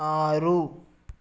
ఆరు